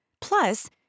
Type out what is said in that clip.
Plus